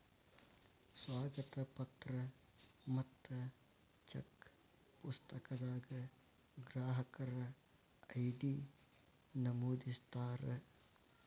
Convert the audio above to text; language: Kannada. ಸ್ವಾಗತ ಪತ್ರ ಮತ್ತ ಚೆಕ್ ಪುಸ್ತಕದಾಗ ಗ್ರಾಹಕರ ಐ.ಡಿ ನಮೂದಿಸಿರ್ತಾರ